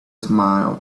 smiled